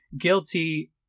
guilty